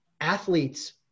athletes